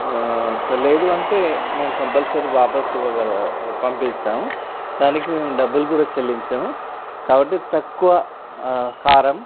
అస్ లేదూ అంటే మేము కంపల్సరి వాపసు ఇవ్వగల పంపిస్తాము దానికి మేము డబ్బులు కూడా చెల్లించము కాబట్టి తక్కువ కారం